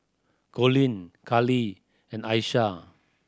Colleen Kali and Asha